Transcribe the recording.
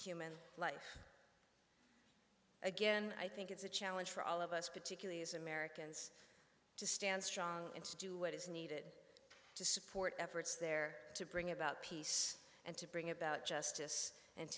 human life again i think it's a challenge for all of us particularly as americans to stand strong and to do what is needed to support efforts there to bring about peace and to bring about justice and